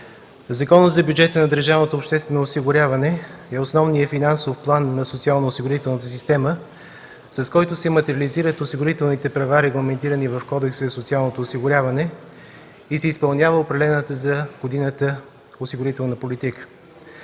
Законът за бюджета на държавното обществено осигуряване е основният финансов план на социалноосигурителната система, с който се материализират осигурителните права, регламентирани в Кодекса за социално осигуряване и се изпълнява определената за годината осигурителна политика.